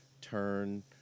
turn